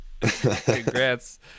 Congrats